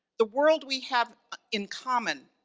the world we have in common,